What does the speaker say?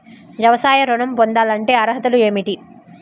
వ్యవసాయ ఋణం పొందాలంటే అర్హతలు ఏమిటి?